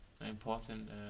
important